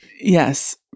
Yes